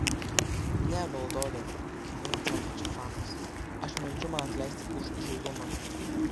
ne valdove kimiai atsakė če fanas aš meldžiu man atleisti už įžūlumą